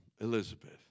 Elizabeth